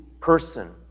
person